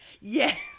yes